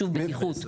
שוב, בטיחות.